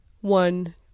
one